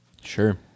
Sure